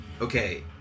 Okay